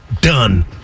done